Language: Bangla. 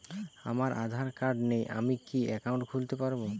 আমার আধার কার্ড নেই আমি কি একাউন্ট খুলতে পারব?